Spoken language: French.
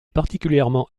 particulièrement